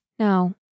no